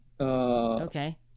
okay